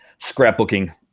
scrapbooking